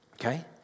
Okay